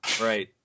right